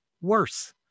worse